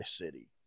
city